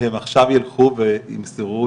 הם עכשיו ילכו וימסרו,